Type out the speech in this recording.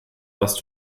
was